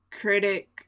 critic